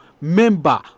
member